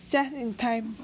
just in time